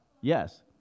yes